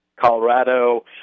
Colorado